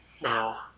Now